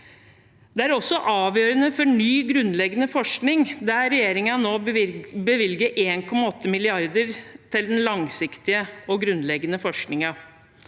Det er også avgjørende for ny, grunnleggende forskning, der regjeringen nå bevilger 1,8 mrd. kr til den langsiktige og grunnleggende forskningen.